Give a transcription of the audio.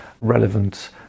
relevant